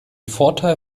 vorteil